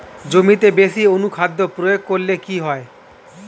জমিতে বেশি অনুখাদ্য প্রয়োগ করলে কি হয়?